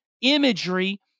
imagery